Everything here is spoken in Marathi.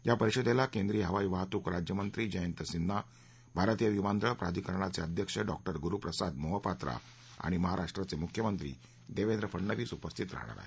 या परिषदेला केंद्रीय हवाईवाहतूक राज्यमंत्री जयंत सिन्हा भारतीय विमानतळ प्राधिकरणाचे अध्यक्ष डॉ गुरुप्रसाद मोहपात्रा आणि महाराष्ट्राचे मुख्यमंत्री देवेंद्र फडनवीस उपस्थित राहणार आहेत